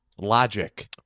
logic